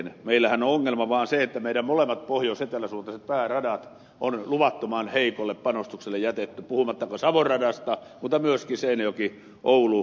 meillähän on ongelma vain se että molemmat pohjoisetelä suuntaiset pääradat on luvattoman heikolle panostukselle jätetty puhumattakaan savon radasta mutta myöskin seinäjokioulu tahmii koko ajan